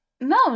No